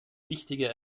wichtige